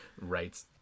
right